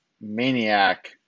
maniac